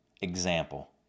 example